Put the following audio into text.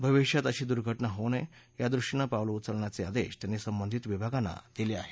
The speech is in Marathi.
भविष्यात अशी दुर्घटना होऊ नये यादृष्टीनं पावलं उचलण्याचे आदेश त्यांनी संबंधित विभागांना दिले आहेत